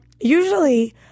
usually